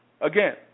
again